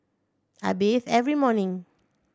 I bathe every morning